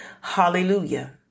Hallelujah